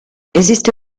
esiste